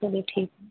चलिए ठीक है